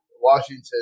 Washington